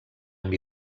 amb